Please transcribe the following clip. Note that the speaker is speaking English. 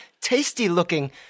tasty-looking